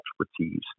expertise